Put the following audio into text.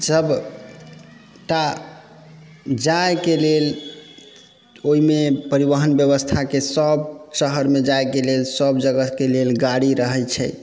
सभ टा जाइके लेल ओइमे परिवहन व्यवस्थाके सभ शहरमे जाइके लेल सभ जगहके लेल गाड़ी रहै छै